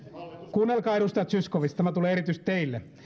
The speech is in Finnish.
kuunnelkaa edustaja zyskowicz tämä tulee erityisesti teille